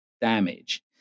damage